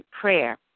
prayer